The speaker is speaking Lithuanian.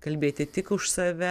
kalbėti tik už save